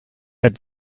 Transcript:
had